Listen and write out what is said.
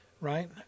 right